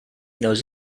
knows